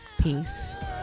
Peace